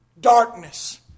darkness